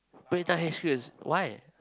BreadTalk H_Q is why